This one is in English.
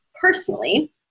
personally